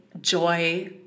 joy